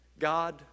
God